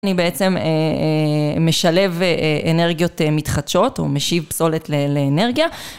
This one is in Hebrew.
אני בעצם משלב אנרגיות מתחדשות או משיב פסולת לאנרגיה